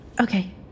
Okay